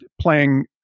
playing